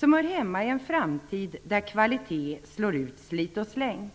De hör hemma i en framtid där kvalitet slår ut slitoch-släng.